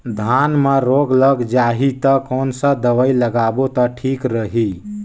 धान म रोग लग जाही ता कोन सा दवाई लगाबो ता ठीक रही?